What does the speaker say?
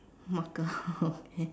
marker okay